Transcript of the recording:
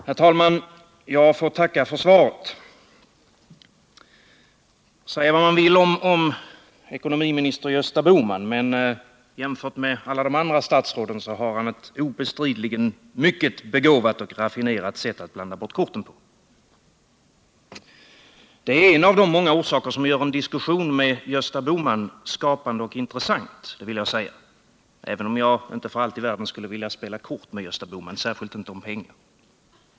Herr talman! Jag får tacka för svaret på min interpellation. Vad man än vill säga om ekonomiminister Gösta Bohman kan det inte förnekas att han, jämfört med alla de andra statsråden, har ett obestridligen mycket begåvat och raffinerat sätt att blanda bort korten. Det är en av de många omständigheter som gör en diskussion med Gösta Bohman skapande och intressant. Det vill jag säga, även om jag inte för allt i världen skulle vilja spela kort med Gösta Bohman — särskilt inte om pengar.